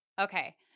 Okay